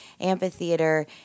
amphitheater